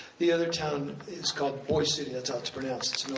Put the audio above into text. the other town is called boise city, that's how it's pronounced,